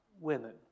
women